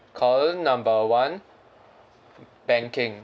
call number one banking